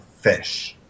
fish